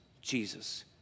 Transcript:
Jesus